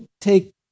take